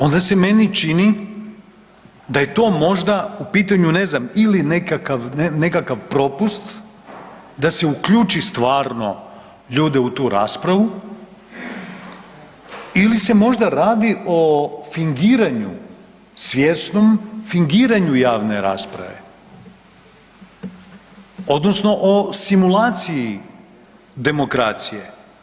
Onda se meni čini da je to možda u pitanju, ne znam ili nekakav, nekakav propust da se uključi stvarno ljude u tu raspravu ili se možda radi o fingiranju, svjesnom fingiranju javne rasprave odnosno o simulaciji demokracije.